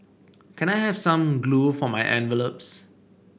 can I have some glue for my envelopes